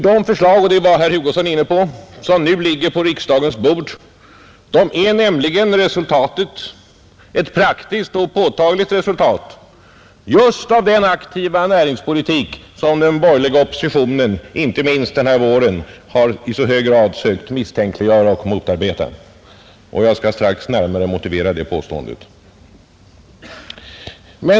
Det förslag — det var herr Hugosson inne på — som ligger på riksdagens bord är nämligen resultatet, ett praktiskt och påtagligt resultat, just av den aktiva näringspolitik som den borgerliga oppositionen inte minst denna vår i så hög grad har sökt misstänkliggöra och motarbeta. Jag skall strax närmare motivera det påståendet.